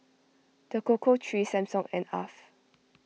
the Cocoa Trees Samsung and Alf